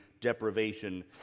deprivation